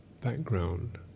background